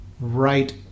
right